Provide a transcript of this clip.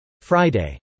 Friday